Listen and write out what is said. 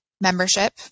membership